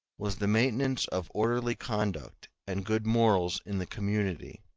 was the maintenance of orderly conduct and good morals in the community